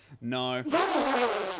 No